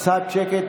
קצת שקט.